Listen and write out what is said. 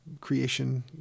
creation